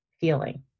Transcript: feeling